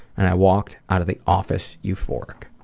and i walked out of the office euphoric.